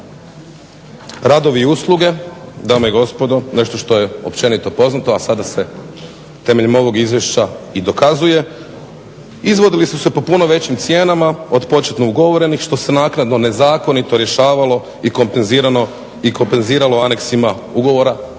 Radovi i usluge, dame i gospodo, nešto što je općenito poznato, a sada se temeljem ovog izvješća i dokazuje, izvodili su se po puno većim cijenama od početno ugovorenih što se naknadno nezakonito rješavalo i kompenziralo aneksima ugovorima